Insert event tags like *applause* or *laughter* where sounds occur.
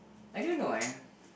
I don't know eh *breath*